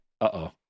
Uh-oh